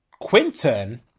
Quinton